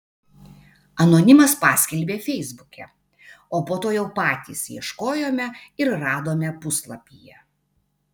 anonimas paskelbė feisbuke o po to jau patys ieškojome ir radome puslapyje